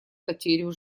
потерю